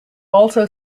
also